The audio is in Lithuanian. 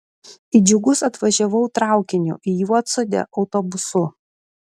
į džiugus atvažiavau traukiniu į juodsodę autobusu